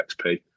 XP